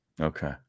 Okay